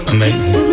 Amazing